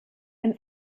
ein